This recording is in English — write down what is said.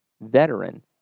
veteran